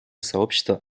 сообщество